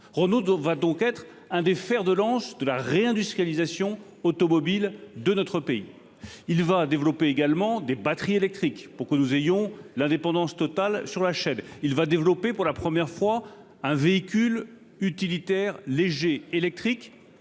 Renault va donc être un des fers de lance de la réindustrialisation automobile de notre pays, il va développer également des batteries électriques pour que nous ayons l'indépendance totale sur la chaîne, il va développer pour la première fois un véhicule utilitaire léger électrique